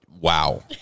wow